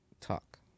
talk